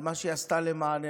על מה שהיא עשתה למעננו,